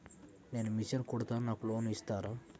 నేను మిషన్ కుడతాను నాకు లోన్ ఇస్తారా?